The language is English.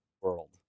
World